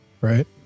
right